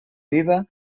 vida